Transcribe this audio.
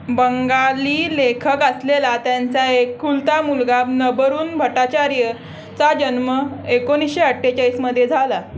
बंगाली लेखक असलेला त्यांचा एकुलता मुलगा नबरून भट्टाचार्य चा जन्म एकोणीसशे अठ्ठेचाळीसमध्ये झाला